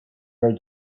very